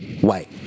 white